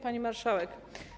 Pani Marszałek!